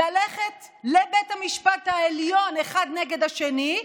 ללכת לבית המשפט העליון אחד נגד השני,